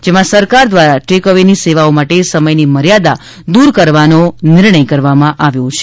જેમાં સરકાર દ્વારા ટેક અવે ની સેવાઓ માટે સમયની મર્યાદા દૂર કરવાનો નિર્ણય કરવામાં આવ્યો છે